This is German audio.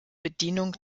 bedienung